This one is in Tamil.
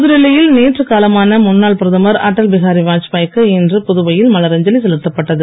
புதுடெல்லியில் நேற்று காலமான முன்னாள் பிரதமர் அட்டல் பிகாரி வாத்பாய் க்கு இன்று புதுவையில் மலரஞ்சலி செலுத்தப்பட்டது